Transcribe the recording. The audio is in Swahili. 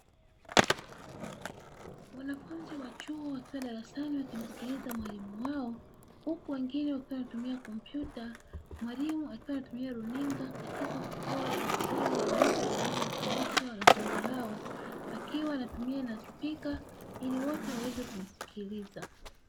Wanafunzi wa chuo wakiwa darasani wakimsikiliza mwalimu wao, huku wengine wakiwa wanatumia kompyuta. Mwalimu akiwa anatumia runinga katika kutoa tafsiri ya notes anazowafundisha wanafunzi hao akiwa anatumia na spika ili wote waweze kumsikiliza.